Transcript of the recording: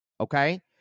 Okay